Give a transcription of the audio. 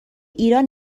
ایران